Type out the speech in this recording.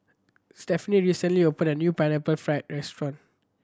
Stephaine recently opened a new Pineapple Fried restaurant